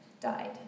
died